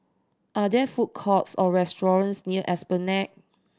are there food courts or restaurants near Esplanade